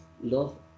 love